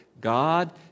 God